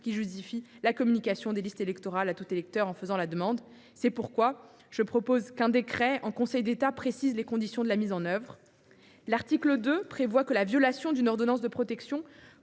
qui justifie la communication des listes électorales à tout électeur en faisant la demande. C’est pourquoi je propose qu’un décret en Conseil d’État précise les conditions d’application de cette mesure. L’article 2 prévoit que la violation d’une ordonnance de protection